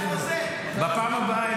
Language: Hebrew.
בפעם הבאה,